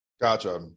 Gotcha